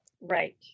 Right